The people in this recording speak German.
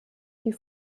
die